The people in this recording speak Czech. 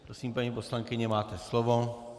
Prosím, paní poslankyně, máte slovo.